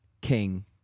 king